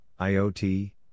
IoT